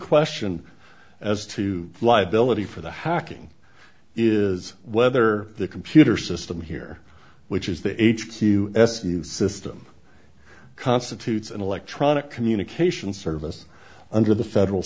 question as to liability for the hacking is whether the computer system here which is the h two s new system constitutes an electronic communications service under the federal